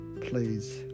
please